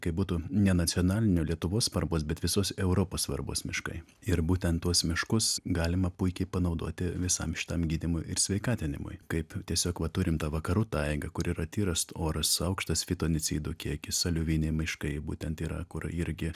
kaip būtų ne nacionaliniu lietuvos svarbos bet visos europos svarbos miškai ir būtent tuos miškus galima puikiai panaudoti visam šitam gydymui ir sveikatinimui kaip tiesiog va turim tą vakarų taigą kur yra tyras oras aukštas fitoncidų kiekis aliuviniai miškai būtent yra kur irgi